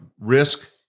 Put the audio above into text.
risk